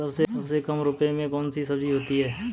सबसे कम रुपये में कौन सी सब्जी होती है?